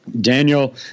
Daniel